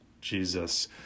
Jesus